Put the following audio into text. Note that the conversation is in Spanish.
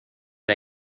era